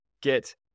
get